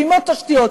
ועם עוד תשתיות,